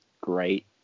great